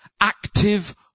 Active